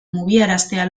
mugiaraztea